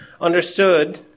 understood